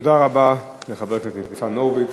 תודה רבה לחבר הכנסת ניצן הורוביץ.